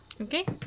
Okay